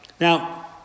Now